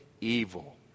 evil